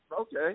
Okay